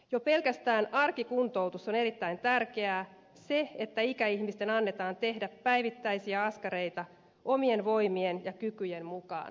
jo pelkästään arkikuntoutus on erittäin tärkeää se että ikäihmisten annetaan tehdä päivittäisiä askareita omien voimien ja kykyjen mukaan itse